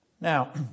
Now